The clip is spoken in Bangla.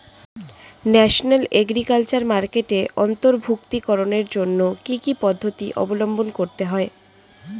ন্যাশনাল এগ্রিকালচার মার্কেটে অন্তর্ভুক্তিকরণের জন্য কি কি পদ্ধতি অবলম্বন করতে হয়?